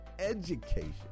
education